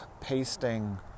pasting